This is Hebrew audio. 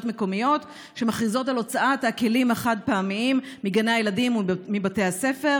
מקומיות שמכריזות על הוצאת הכלים החד-פעמיים מגני הילדים ומבתי הספר,